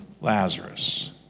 Lazarus